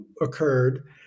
occurred